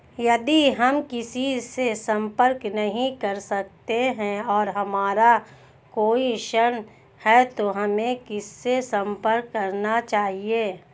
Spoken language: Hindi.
यदि हम किसी से संपर्क नहीं कर सकते हैं और हमारा कोई प्रश्न है तो हमें किससे संपर्क करना चाहिए?